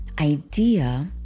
idea